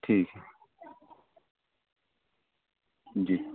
ठीक है जी